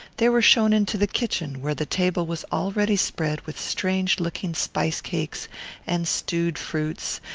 they were shown into the kitchen, where the table was already spread with strange-looking spice-cakes and stewed fruits,